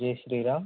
Jai Sriram